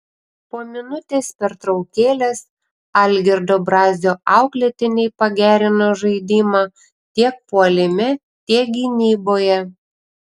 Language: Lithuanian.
po minutės pertraukėlės algirdo brazio auklėtiniai pagerino žaidimą tiek puolime tiek gynyboje